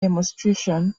demonstration